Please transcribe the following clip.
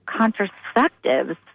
contraceptives